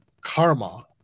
karma